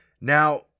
Now